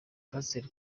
pasiteri